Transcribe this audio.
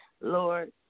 Lord